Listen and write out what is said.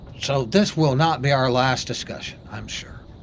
so this will not be our last discussion. i'm sure.